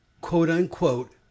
quote-unquote